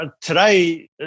today